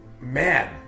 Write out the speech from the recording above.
man